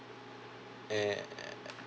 err err err